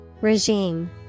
Regime